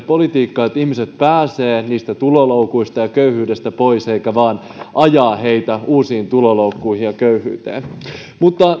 politiikkaa että ihmiset pääsevät niistä tuloloukuista ja köyhyydestä pois eikä vain ajaa heitä uusiin tuloloukkuihin ja köyhyyteen mutta